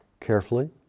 carefully